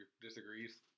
disagrees